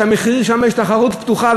שם יש תחרות פתוחה,